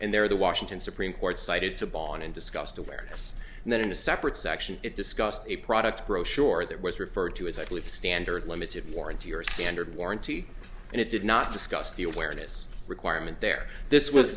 and there the washington supreme court cited to ball on and discussed awareness and then in a separate section it discussed a product brochure that was referred to as i believe standard limited warranty or standard warranty and it did not discuss the awareness requirement there this was